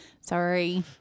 sorry